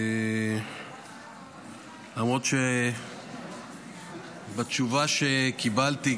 למרות שבתשובה שקיבלתי,